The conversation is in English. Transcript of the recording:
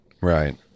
Right